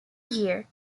year